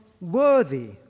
worthy